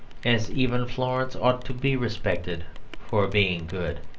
as even florence ought to be respected for being good.